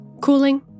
cooling